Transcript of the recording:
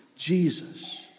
Jesus